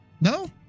No